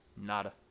Nada